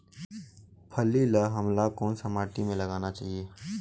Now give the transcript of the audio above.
फल्ली ल हमला कौन सा माटी मे लगाना चाही?